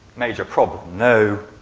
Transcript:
major problem. no